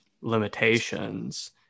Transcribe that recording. limitations